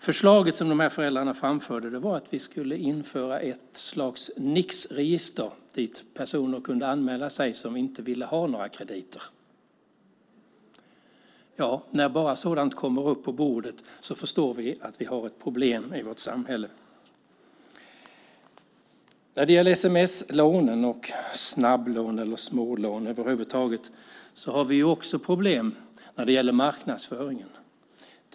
Förslaget som de här föräldrarna framförde var att vi skulle införa ett slags Nixregister dit personer som inte vill ha några krediter kunde anmäla sig. När sådant kommer upp på bordet förstår vi att vi har ett problem i vårt samhälle. När det gäller sms-lånen och snabblånen, eller smålån över huvud taget, har vi också problem med marknadsföringen.